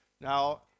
Now